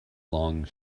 long